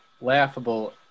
laughable